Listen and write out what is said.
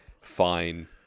fine